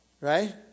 right